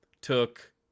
took